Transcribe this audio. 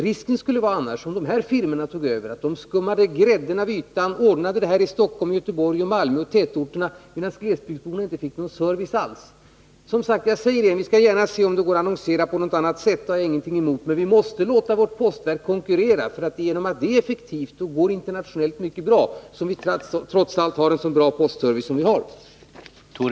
Om de här firmorna tog över skulle risken vara att de skummade grädden av ytan och ordnade detta i Stockholm, Göteborg, Malmö och tätorterna medan glesbygdsborna inte fick någon service alls. Vi skall som sagt gärna se om det går att annonsera på något annat sätt, det har jag ingenting emot, men vi måste låta vårt postverk konkurrera. Genom att det är effektivt och går mycket bra internationellt har vi en så bra postservice som den vi har.